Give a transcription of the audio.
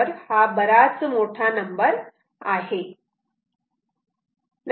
तर हा बराच मोठा नंबर आहे